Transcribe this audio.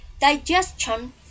digestion